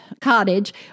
cottage